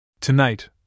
Tonight